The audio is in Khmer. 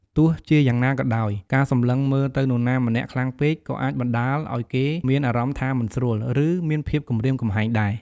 ទោះជាយ៉ាងណាក៏ដោយ ការសម្លឹងមើលទៅនរណាម្នាក់ខ្លាំងពេក ក៏អាចបណ្តាលឱ្យគេមានអារម្មណ៍ថាមិនស្រួល ឬ មានភាពគំរាមកំហែងដែរ។